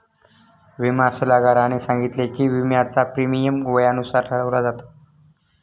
विमा सल्लागाराने सांगितले की, विम्याचा प्रीमियम वयानुसार ठरवला जातो